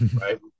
Right